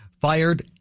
fired